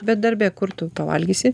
bet darbe kur tu pavalgysi